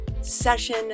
session